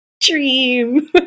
dream